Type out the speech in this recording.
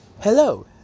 Hello